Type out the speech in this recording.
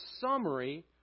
summary